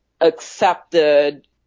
accepted